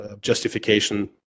justification